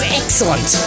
excellent